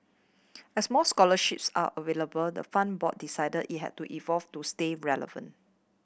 as more scholarships are available the fund board decided it had to evolve to stay relevant